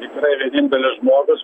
tikrai vienintelis žmogus